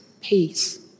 peace